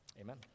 Amen